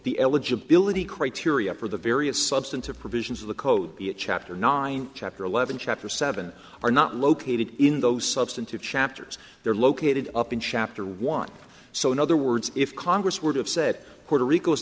the eligibility criteria for the various substantive provisions of the code be a chapter nine chapter eleven chapter seven are not located in those substantive chapters they're located up in chapter one so in other words if congress were to have said puerto rico is